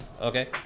okay